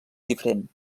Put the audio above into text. diferent